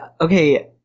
Okay